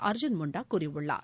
அர்ஜுன் முண்டா கூறியுள்ளார்